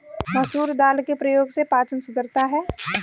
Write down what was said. मसूर दाल के प्रयोग से पाचन सुधरता है